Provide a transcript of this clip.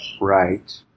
Right